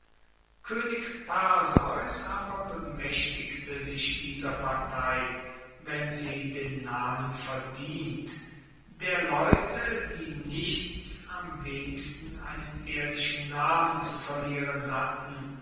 koenig perseus aber bemaechtigte sich dieser partei wenn sie den namen verdient der leute die nichts am wenigsten einen ehrlichen namen zu verlieren hatten